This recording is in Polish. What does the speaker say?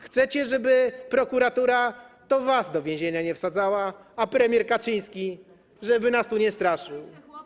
Chcecie, żeby prokuratura was do więzienia nie wsadzała, a premier Kaczyński, żeby nas tu straszył.